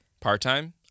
Part-time